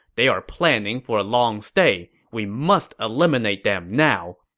they're planning for a long stay. we must eliminate them now.